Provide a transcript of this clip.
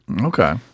Okay